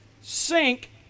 sink